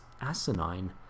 asinine